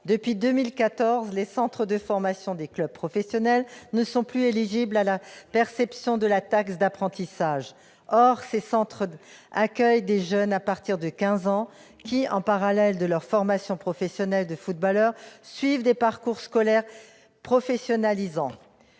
Depuis 2014, les centres de formation des clubs professionnels ne sont plus éligibles à la perception de la taxe d'apprentissage. Or ces centres accueillent des jeunes à partir de quinze ans qui, en parallèle de leur formation professionnelle de footballeur, suivent des parcours scolaires professionnalisants.